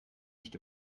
nicht